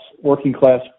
working-class